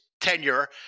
tenure –